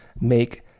make